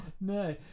no